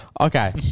Okay